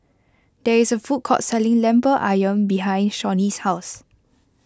there is a food court selling Lemper Ayam behind Shawnee's house